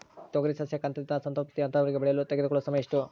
ತೊಗರಿ ಸಸ್ಯಕ ಹಂತದಿಂದ ಸಂತಾನೋತ್ಪತ್ತಿ ಹಂತದವರೆಗೆ ಬೆಳೆಯಲು ತೆಗೆದುಕೊಳ್ಳುವ ಸಮಯ ಎಷ್ಟು?